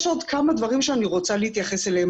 יש עוד כמה דברים שאני רוצה להתייחס אליהם.